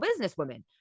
businesswomen